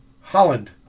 Holland